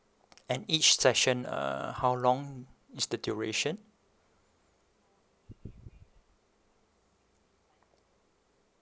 and each session uh how long is the duration